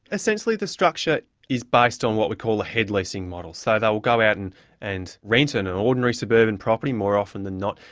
essentially the structure is based on what we call the head leasing model. so they'll go out and and rent and an ordinary suburban property, more often than not,